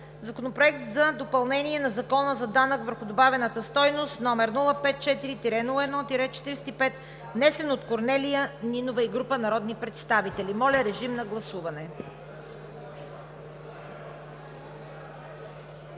Законопроект за допълнение на Закона за данък върху добавената стойност, № 054-01-45, внесен от Корнелия Нинова и група народни представители. Гласували